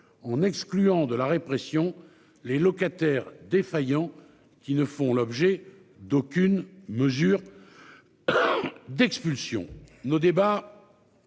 en excluant de la répression, les locataires défaillants qui ne font l'objet d'aucune mesure. D'expulsion nos débats.